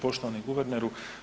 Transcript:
Poštovani guverneru.